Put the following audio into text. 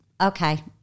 Okay